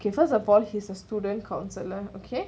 okay first of all he's a student counsellor okay